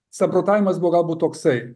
samprotavimas buvo galbūt toksai